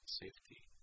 safety